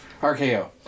RKO